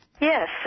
Yes